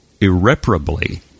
irreparably